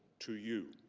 to you